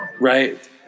Right